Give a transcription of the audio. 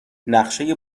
نقشه